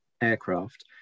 aircraft